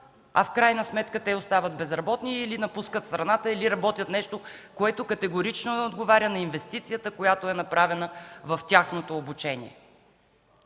а в крайна сметка те остават безработни или напускат страната, или работят нещо, което категорично не отговаря на инвестицията, направена в тяхното обучение.